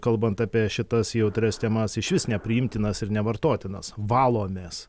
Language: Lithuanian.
kalbant apie šitas jautrias temas išvis nepriimtinas ir nevartotinas valomės